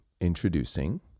introducing